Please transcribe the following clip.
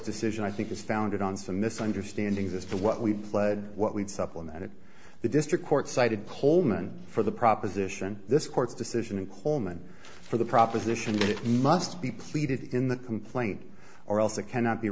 decision i think is founded on some misunderstandings as to what we pled what we'd supplement it the district court cited pohlmann for the proposition this court's decision and coleman for the proposition that it must be pleaded in the complaint or else it cannot be